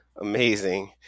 amazing